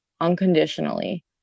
unconditionally